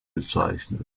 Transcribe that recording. bezeichnet